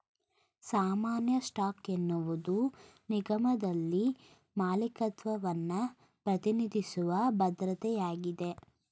ಸಾಮಾನ್ಯ ಸ್ಟಾಕ್ ಎನ್ನುವುದು ನಿಗಮದಲ್ಲಿ ಮಾಲೀಕತ್ವವನ್ನ ಪ್ರತಿನಿಧಿಸುವ ಭದ್ರತೆಯಾಗಿದೆ